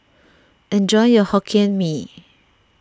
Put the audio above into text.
enjoy your Hokkien Mee